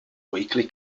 weakly